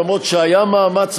למרות שהיה מאמץ,